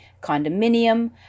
condominium